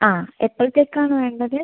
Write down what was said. ആ എപ്പഴത്തേക്കാണ് വേണ്ടത്